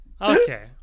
okay